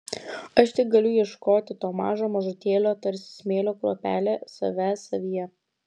aš tik galiu ieškoti to mažo mažutėlio tarsi smėlio kruopelė savęs savyje